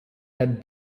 had